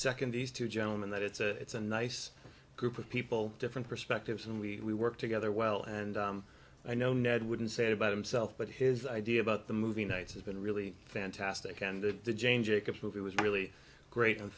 second these two gentlemen that it's a it's a nice group of people different perspectives and we work together well and i know ned wouldn't say about himself but his idea about the movie nights has been really fantastic and the jane jacobs movie was really great and